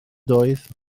doedd